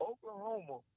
Oklahoma